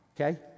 Okay